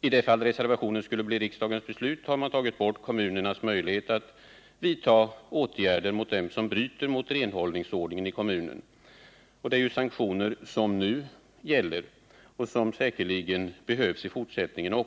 I det fall reservationen skulle bli riksdagens beslut har man tagit bort kommunernas möjlighet att vidtaga åtgärder mot dem som bryter mot renhållningsordningen i kommunen. Det är sanktioner som nu gäller och som säkerligen behövs även i fortsättningen.